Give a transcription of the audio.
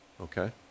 Okay